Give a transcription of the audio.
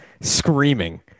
screaming